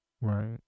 right